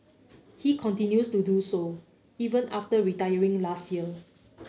he continues to do so even after retiring last year